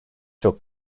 çok